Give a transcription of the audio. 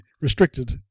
restricted